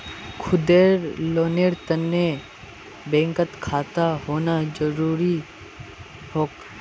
खुदेर लोनेर तने बैंकत खाता होना जरूरी छोक